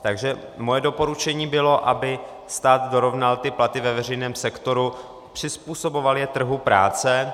Takže moje doporučení bylo, aby stát dorovnal platy ve veřejném sektoru, přizpůsoboval je trhu práce.